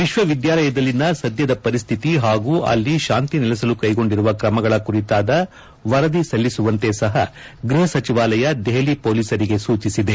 ವಿಶ್ವವಿದ್ಯಾಲಯದಲ್ಲಿ ಸದ್ನದ ಪರಿಸ್ಥಿತಿ ಹಾಗೂ ಅಲ್ಲಿ ಶಾಂತಿ ನೆಲೆಸಲು ಕ್ಲೆಗೊಂಡಿರುವ ಕ್ರಮಗಳ ಕುರಿತಾದ ವರದಿ ಸಲ್ಲಿಸುವಂತೆ ಸಹ ಗೃಹ ಸಚಿವಾಲಯ ದೆಹಲಿ ಪೊಲೀಸರಿಗೆ ಸೂಚಿಸಿದೆ